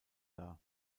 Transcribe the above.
dar